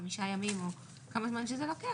חמישה ימים או כמה זמן שזה לוקח,